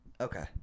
Okay